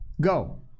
go